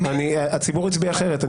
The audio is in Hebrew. הציבור הצביע אחרת.